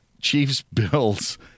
Chiefs-Bills